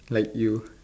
like you